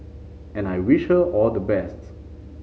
and I wish her all the best